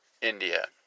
India